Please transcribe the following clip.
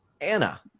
Anna